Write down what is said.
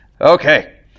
Okay